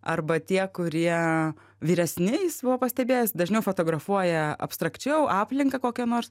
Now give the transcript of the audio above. arba tie kurie vyresni jis buvo pastebėjęs dažniau fotografuoja abstrakčiau aplinką kokią nors